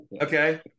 okay